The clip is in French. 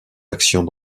actions